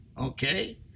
Okay